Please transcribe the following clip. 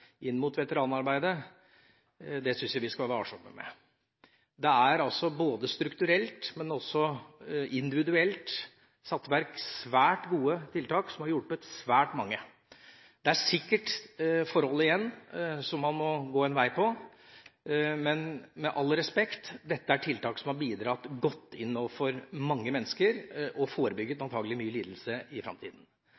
inn mot veteranarbeidet, syns jeg vi skal være varsomme med. Både strukturelt og individuelt er det satt i verk svært gode tiltak som har hjulpet svært mange. Det er sikkert forhold igjen hvor man har en vei å gå, men – med all respekt – dette er tiltak som har bidratt godt overfor mange mennesker, og som antakelig har forebygget